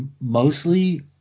mostly